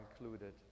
included